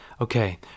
Okay